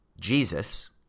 Jesus